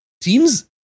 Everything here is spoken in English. teams